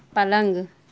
پلنگ